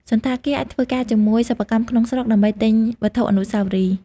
សណ្ឋាគារអាចធ្វើការជាមួយសិប្បករក្នុងស្រុកដើម្បីទិញវត្ថុអនុស្សាវរីយ៍។